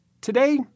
Today